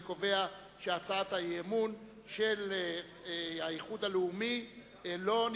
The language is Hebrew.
אני קובע שהצעת האי-אמון של האיחוד הלאומי לא נתקבלה.